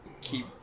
keep